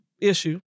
issue